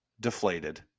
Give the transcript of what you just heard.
deflated